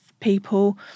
people